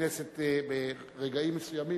שהכנסת ברגעים מסוימים,